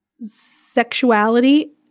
sexuality